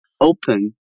open